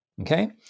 okay